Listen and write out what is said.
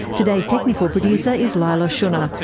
today's technical producer is leila schunnar.